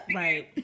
right